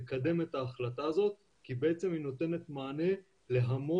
לקדם את ההחלטה הזאת כי בעצם היא נותנת מענה להמון